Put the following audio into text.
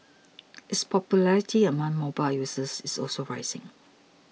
its popularity among mobile users is also rising